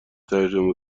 ترجمه